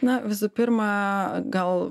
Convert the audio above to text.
na visų pirma gal